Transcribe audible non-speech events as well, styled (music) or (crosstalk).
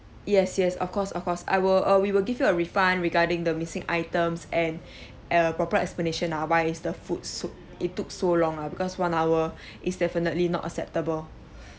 yes yes of course of course I will uh we will give you a refund regarding the missing items and (breath) appropriate explanation lah why is the food so it took so long lah because one hour (breath) is definitely not acceptable